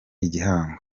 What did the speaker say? igihango